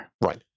right